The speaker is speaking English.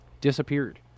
disappeared